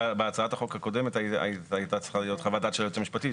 בהצעת החוק הקודמת הייתה צריכה להיות חוות דעת של היועץ המשפטי,